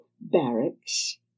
barracks